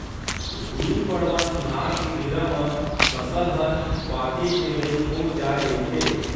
गुड़ी पड़वा तिहार के बेरा म फसल ह पाके के लइक हो जाए रहिथे